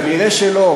כנראה לא.